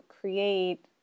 create